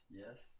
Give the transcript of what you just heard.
yes